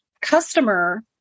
customer